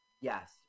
Yes